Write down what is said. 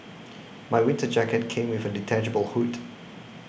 my winter jacket came with a detachable hood